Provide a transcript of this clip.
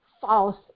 false